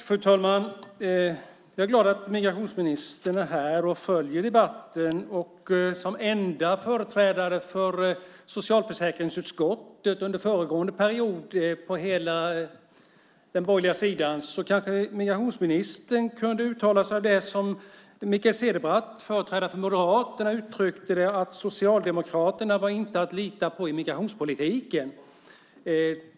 Fru talman! Jag är glad att migrationsministern är här och följer debatten. Som enda företrädare för hela den borgerliga sidan under föregående period i socialförsäkringsutskottet kanske migrationsministern kan uttala sig om det som Mikael Cederbratt, företrädare för Moderaterna, uttryckte, nämligen att Socialdemokraterna inte var att lita på i migrationspolitiken.